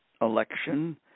election